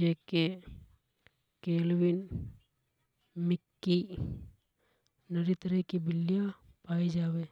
जेके Calvin Mickey नरी यह की बिल्लियां पाई जावे।